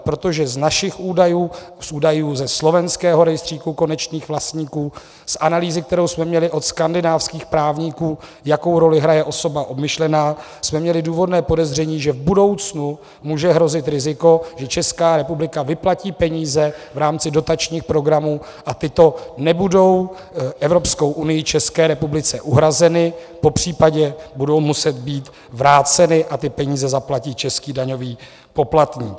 Protože z našich údajů a z údajů ze slovenského rejstříku konečných vlastníků, z analýzy, kterou jsme měli od skandinávských právníků, jakou roli hraje osoba obmyšlená, jsme měli důvodné podezření, že v budoucnu může hrozit riziko, že Česká republika vyplatí peníze v rámci dotačních programů a tyto nebudou Evropskou unií České republice uhrazeny, popřípadě budou muset být vráceny a ty peníze zaplatí český daňový poplatník.